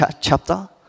chapter